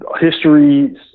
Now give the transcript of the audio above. history